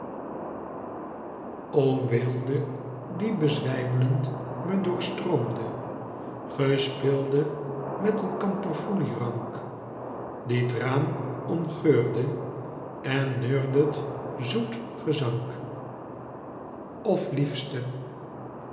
o weelde die bezwijmlend me doorstroomde ge speeldet met een kamperfoelierank die t raam omgeurde en neurdet zoet gezangk of liefste